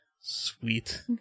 Sweet